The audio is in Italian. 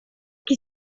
che